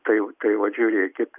tai tai vat žiūrėkit